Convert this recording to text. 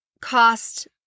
cost